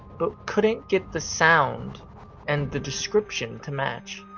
but couldn't get the sound and the description to match.